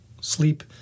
Sleep